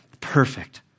perfect